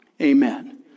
Amen